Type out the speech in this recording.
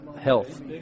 Health